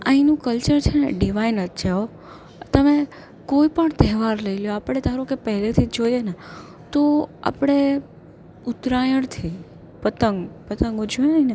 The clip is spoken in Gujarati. અહીંનું કલ્ચર છેને ડિવાઇન જ છે હો તમે કોઈ પણ તહેવાર લઈ લો આપણે ધારો કે પહેલેથી જ જોઈએને તો આપણે ઉતરાયણથી પતંગ પતંગ ઉજવાયને